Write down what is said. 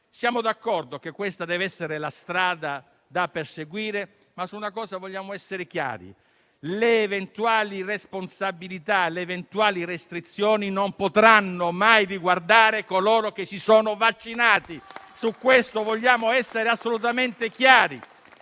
Siamo d'accordo che questa dev'essere la strada da perseguire, ma su una cosa vogliamo essere chiari: eventuali responsabilità e restrizioni non potranno mai riguardare coloro che si sono vaccinati, su questo vogliamo essere assolutamente chiari!